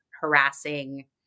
harassing